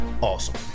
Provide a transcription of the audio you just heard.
awesome